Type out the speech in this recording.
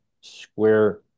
square